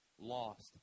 lost